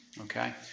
okay